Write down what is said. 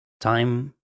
Time